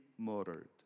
murdered